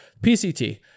PCT